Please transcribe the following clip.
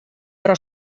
però